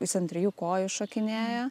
jis ant trijų kojų šokinėja